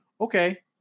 okay